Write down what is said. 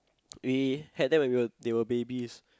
we had them when we were when they were babies